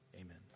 amen